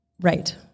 Right